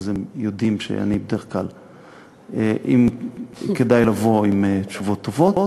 אז הם יודעים שבדרך כלל כדאי לבוא עם תשובות טובות.